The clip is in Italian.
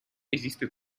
esiste